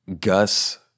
Gus